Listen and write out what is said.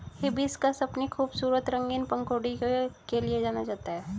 hibiscus अपनी खूबसूरत रंगीन पंखुड़ियों के लिए जाना जाता है